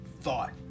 thought